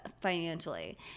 financially